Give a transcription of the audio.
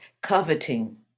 coveting